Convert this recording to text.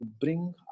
bring